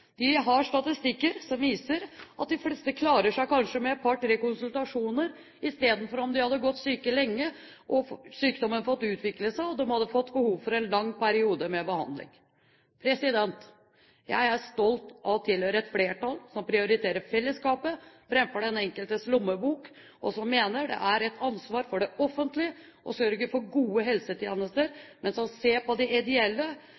De har statistikker som viser at de fleste klarer seg kanskje med et par–tre konsultasjoner, i stedet for at de, om de hadde gått syk lenge og sykdommen hadde fått utvikle seg, hadde fått behov for behandling i en lang periode. Jeg er stolt av å tilhøre et flertall som prioriterer fellesskapet framfor den enkeltes lommebok, og som mener det er et ansvar for det offentlige å sørge for gode helsetjenester, men som ser på det ideelle